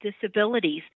disabilities